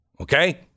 Okay